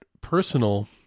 personal